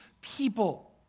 people